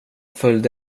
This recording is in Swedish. följde